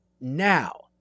now